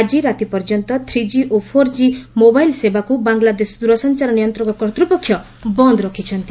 ଆଜି ରାତି ପର୍ଯ୍ୟନ୍ତ ଥ୍ରି ଜି ଓ ଫୋର୍ ଜି ମୋବାଇଲ୍ ସେବାକୁ ବାଂଲାଦେଶ ଦୂରସଚାର ନିୟନ୍ତ୍ରକ କର୍ତ୍ତୃପକ୍ଷ ବନ୍ଦ୍ ରଖିଛନ୍ତି